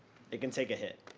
it can take a hit.